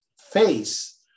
face